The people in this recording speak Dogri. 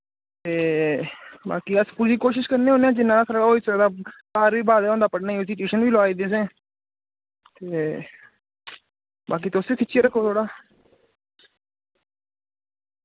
ते बाकि अस पूरी कोशिश करने होन्ने आं जिन्ना तकर होई सकदा घर बी बाह्ले दा पढ़ने उसी ट्यूशन बी लुआई दी असैं ते बाकी तुस बी खिच्चियै रक्खो थोह्ड़ा